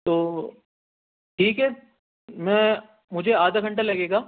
تو ٹھیک ہے میں مجھے آدھا گھنٹہ لگے گا